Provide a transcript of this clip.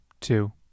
two